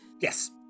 Yes